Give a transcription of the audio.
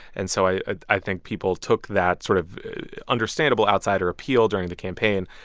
and so i i think people took that sort of understandable outsider appeal during the campaign.